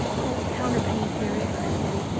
oh, counterpane fairy! cried teddy,